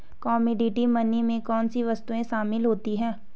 Commodity money में कौन सी वस्तुएं शामिल होती हैं?